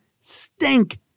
stink